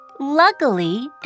Luckily